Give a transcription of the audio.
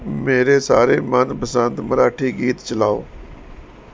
ਮੇਰੇ ਸਾਰੇ ਮਨਪਸੰਦ ਮਰਾਠੀ ਗੀਤ ਚਲਾਓ